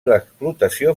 l’explotació